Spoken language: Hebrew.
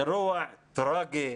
אירוע טרגי.